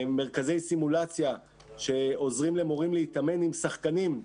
מרכזי סימולציה שעוזרים למורים להתאמן עם שחקנים.